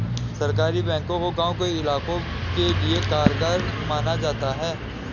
सहकारी बैंकों को गांव के इलाकों के लिये कारगर माना जाता है